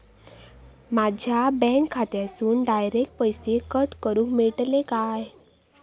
माझ्या बँक खात्यासून डायरेक्ट पैसे कट करूक मेलतले काय?